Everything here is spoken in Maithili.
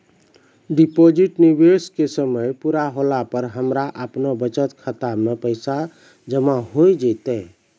डिपॉजिट निवेश के समय पूरा होला पर हमरा आपनौ बचत खाता मे पैसा जमा होय जैतै?